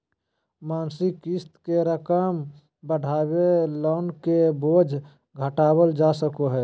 मासिक क़िस्त के रकम बढ़ाके लोन के बोझ घटावल जा सको हय